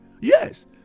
Yes